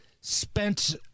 spent